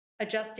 Adjusting